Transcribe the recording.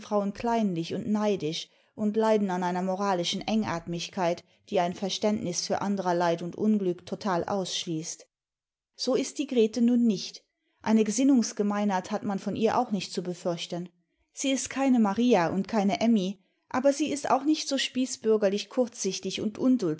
klednlidh und neidisch und leiden an einer moralischen engatmigkeit die ein verständnis für anderer leid und unglück total ausschließt so ist die grete nim nicht eine gesinnungsgemeinheit hat man von ihr auch nicht zu befürchten sie ist keine maria und keine emmy aber sie ist auch nicht so spießbürgerlich kurzsichtig imd